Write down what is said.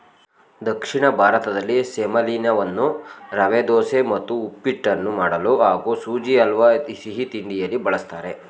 ದಕ್ಷಿಣ ಭಾರತದಲ್ಲಿ ಸೆಮಲೀನವನ್ನು ರವೆದೋಸೆ ಮತ್ತು ಉಪ್ಪಿಟ್ಟನ್ನು ಮಾಡಲು ಹಾಗೂ ಸುಜಿ ಹಲ್ವಾ ಸಿಹಿತಿಂಡಿಯಲ್ಲಿ ಬಳಸ್ತಾರೆ